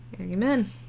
Amen